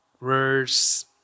verse